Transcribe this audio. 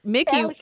Mickey